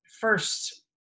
first